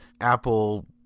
Apple